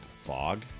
fog